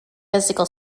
physical